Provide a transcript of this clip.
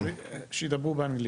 שידברו באנגלית.